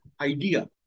idea